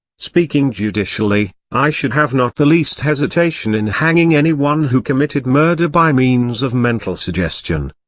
speaking judicially, i should have not the least hesitation in hanging any one who committed murder by means of mental suggestion.